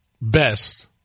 best